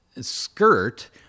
skirt